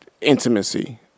Intimacy